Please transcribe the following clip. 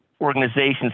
organizations